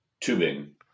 tubing